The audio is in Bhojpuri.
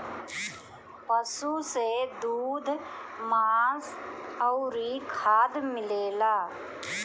पशु से दूध, मांस अउरी खाद मिलेला